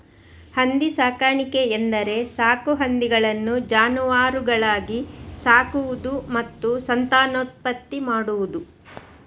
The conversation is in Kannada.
ಹಂದಿ ಸಾಕಾಣಿಕೆ ಎಂದರೆ ಸಾಕು ಹಂದಿಗಳನ್ನು ಜಾನುವಾರುಗಳಾಗಿ ಸಾಕುವುದು ಮತ್ತು ಸಂತಾನೋತ್ಪತ್ತಿ ಮಾಡುವುದು